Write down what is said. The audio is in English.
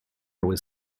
was